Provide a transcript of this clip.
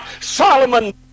Solomon